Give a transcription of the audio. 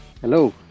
Hello